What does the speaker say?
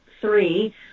three